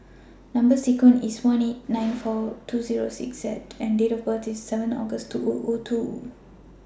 Number sequence IS S one eight nine four two Zero six Z and Date of birth IS seven August two O O two